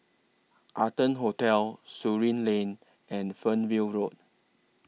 Arton Hotel Surin Lane and Fernhill Road